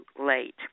late